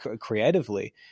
creatively